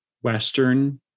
Western